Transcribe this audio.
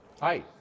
Hi